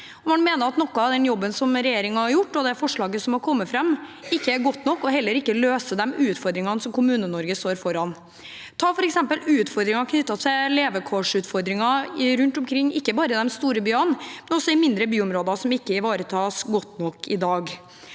man mener at noe av den jobben som regjeringen har gjort, og det forslaget som har kommet fram, ikke er godt nok og heller ikke løser de utfordringene Kommune-Norge står foran. Ta f.eks. utfordringen knyttet til levekårsutfordringer rundt omkring, ikke bare i de store byene, men også i mindre byområder, som ikke ivaretas godt nok i dag.